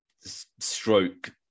stroke